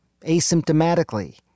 asymptomatically